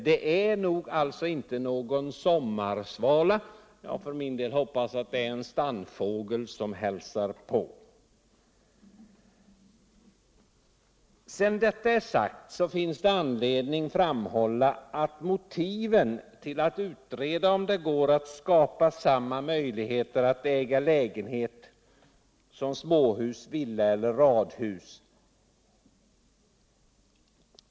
Det är alltså inte fråga om någon sommarsvala — jag hoppas att det är en stannfågel som det här gäller. Sedan detta är sagt finns det anledning att framhålla motiven till att utreda om det går att skapa samma möjligheter att äga lägenhet som småhus, villa eller radhus.